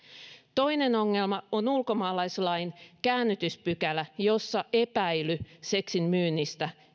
toinen ongelma on ulkomaaalaislain käännytyspykälä jossa epäily seksin myynnistä